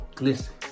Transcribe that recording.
listen